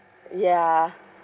ya